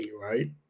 right